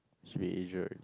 should be Asia